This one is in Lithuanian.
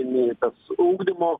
nei tas ugdymo